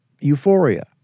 euphoria